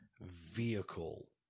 vehicle